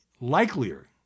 likelier